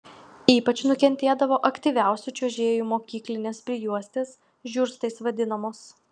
ypač nukentėdavo aktyviausių čiuožėjų mokyklinės prijuostės žiurstais vadinamos